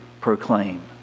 proclaim